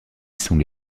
sont